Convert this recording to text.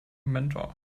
mentor